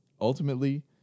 ultimately